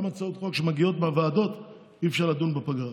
גם בהצעות חוק שמגיעות מהוועדות אי-אפשר לדון בפגרה.